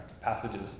passages